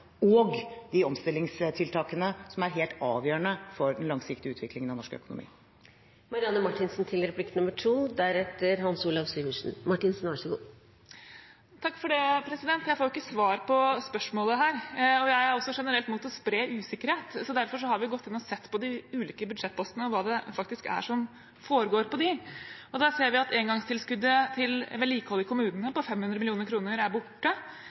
på de omstillingstiltakene som er helt avgjørende for den langsiktige utviklingen av norsk økonomi. Jeg får ikke svar på spørsmålet her. Jeg er generelt imot å spre usikkerhet. Derfor har vi gått inn og sett på hva som faktisk foregår på de ulike budsjettpostene. Vi ser at engangstilskuddet til vedlikehold i kommunene på 500 mill. kr er borte,